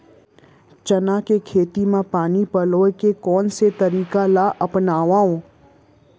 चना के खेती म पानी पलोय के कोन से तरीका ला अपनावव?